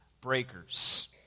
breakers